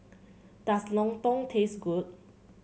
does lontong taste good